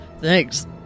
Thanks